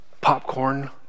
popcorn